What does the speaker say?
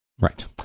Right